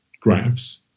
graphs